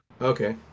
Okay